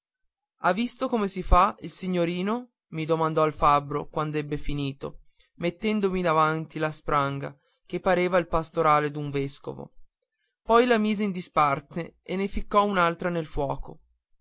ha visto come si fa il signorino mi domandò il fabbro quand'ebbe finito mettendomi davanti la spranga che pareva il pastorale d'un vescovo poi la mise in disparte e ne ficcò un'altra nel fuoco